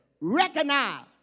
Recognize